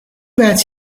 bad